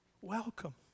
Welcome